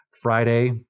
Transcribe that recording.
Friday